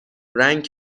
رنگ